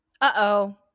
uh-oh